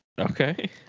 Okay